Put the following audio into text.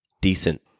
decent